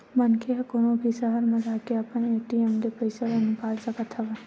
मनखे ह कोनो भी सहर म जाके अपन ए.टी.एम ले पइसा ल निकाल सकत हवय